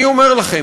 אני אומר לכם,